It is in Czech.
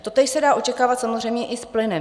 Totéž se dá očekávat samozřejmě i s plynem.